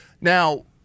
Now